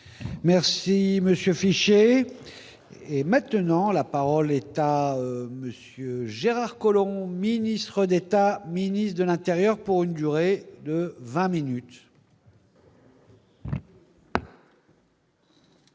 Merci monsieur et maintenant la parole est à monsieur Gérard Collomb, ministre d'État, ministre de l'Intérieur pour une durée de 20 minutes.